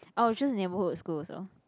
I'll choose neighbourhood school also